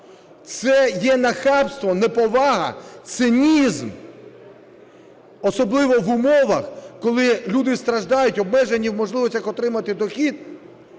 це є нахабство, неповага, цинізм, особливо в умовах, коли люди страждають, обмежені в можливостях отримати дохід.